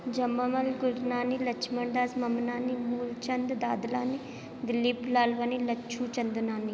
Jamamal Gurnani Lachhman Das Mamnani Moolchand Dadlani Dilip Lalwani Lachhu Chandnani